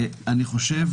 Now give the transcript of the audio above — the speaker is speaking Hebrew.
אני חושב